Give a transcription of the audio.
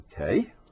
Okay